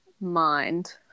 mind